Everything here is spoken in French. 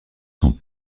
sont